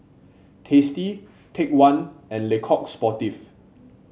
Tasty Take One and Le Coq Sportif